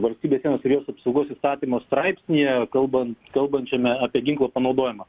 valstybės sienos ir jos apsaugos įstatymo straipsnyje kalbant kalbančiame apie ginklo panaudojimą